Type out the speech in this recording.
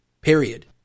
Period